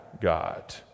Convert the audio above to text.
God